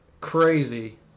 crazy